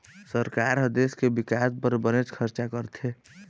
सरकार ह देश के बिकास बर बनेच खरचा करथे